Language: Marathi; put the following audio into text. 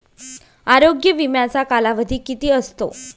आरोग्य विम्याचा कालावधी किती असतो?